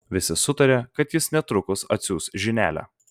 visi sutarė kad jis netrukus atsiųs žinelę